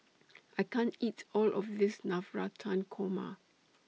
I can't eat All of This Navratan Korma